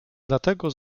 dlatego